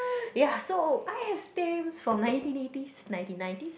ya so I have stamps from nineteen eighties nineteen nineties